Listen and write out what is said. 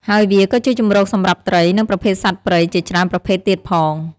ហើយវាក៏ជាជម្រកសម្រាប់ត្រី និងប្រភេទសត្វព្រៃជាច្រើនប្រភេទទៀតផង។